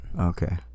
Okay